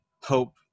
hope